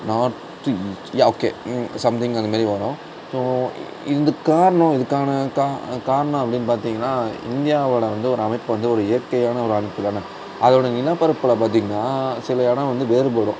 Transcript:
north east yeah okay something அந்தமாரி வரும் so இதுக்கு காரணம் இதுக்கான காரணம் அப்படீன்னு பார்த்திங்னா இந்தியாவில் வந்து ஒரு அமைப்பு வந்து ஒரு இயற்கையான ஒரு அமைப்புதானே அதோட நிலப்பரப்பில் பார்த்திங்னா சில இடம் வந்து வேறுபடும்